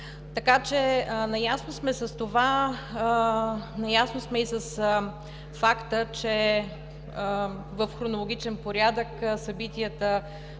отляво. Наясно сме с това, наясно сме и с факта, че в хронологичен порядък събитията